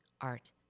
art